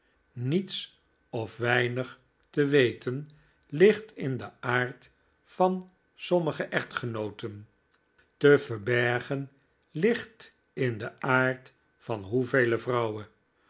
niets of weinig te weten ligt in den aard van sommige echtgenooten te verbergen ligt in den aard van hoevele vrouwen